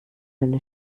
eine